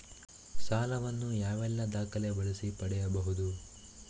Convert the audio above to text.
ಸಾಲ ವನ್ನು ಯಾವೆಲ್ಲ ದಾಖಲೆ ಬಳಸಿ ಪಡೆಯಬಹುದು?